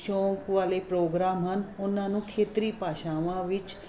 ਸ਼ੌਕ ਵਾਲੇ ਪ੍ਰੋਗਰਾਮ ਹਨ ਉਹਨਾਂ ਨੂੰ ਖੇਤਰੀ ਭਾਸ਼ਾਵਾਂ ਵਿੱਚ